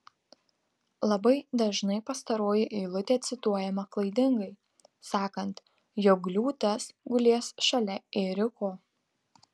labai dažnai pastaroji eilutė cituojama klaidingai sakant jog liūtas gulės šalia ėriuko